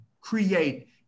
create